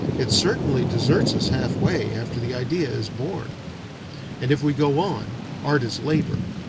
it certainly deserts us half-way, after the idea is born and if we go on, art is labor.